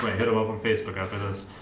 hit him up on facebook after this.